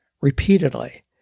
repeatedly